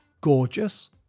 gorgeous